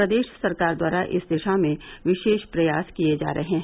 प्रदेश सरकार द्वारा इस दिशा में विशेष प्रयास किये जा रहे हैं